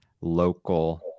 Local